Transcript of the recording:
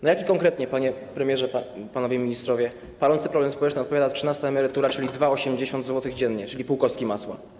Na jaki konkretnie, panie premierze, panowie ministrowie, palący problem społeczny odpowiada trzynasta emerytura, czyli 2,80 zł dziennie, czyli pół kostki masła?